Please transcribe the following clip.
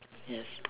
yes